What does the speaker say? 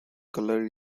color